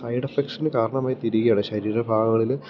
side എഫക്ട്സിന് കാരണമായി തീരുകയാണ് ശരീരഭാഗങ്ങളില്